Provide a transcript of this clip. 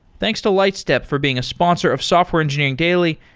thanks to lightstep for being a sponsor of software engineering daily,